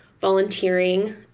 Volunteering